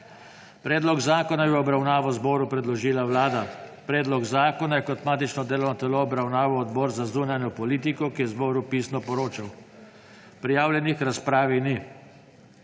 Predlog zakona je v obravnavo zboru predložila Vlada. Predlog zakona je kot matično delo obravnaval Odbor za zunanjo politiko, ki je zboru pisno poročal. Prijavljenih k razpravi ni.